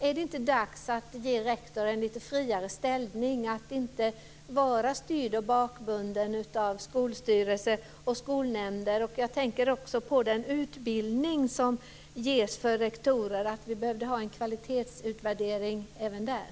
Är det inte dags att ge rektor lite friare ställning så att rektor inte bara ska styra bakbunden av skolstyrelse och skolnämnder? Jag tänker också på den utbildning som ges för rektorer och att vi skulle behöva en kvalitetsutvärdering även där.